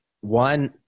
one